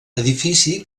edifici